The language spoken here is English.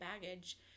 baggage